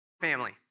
family